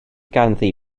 ganddi